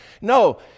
No